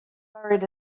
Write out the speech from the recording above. buried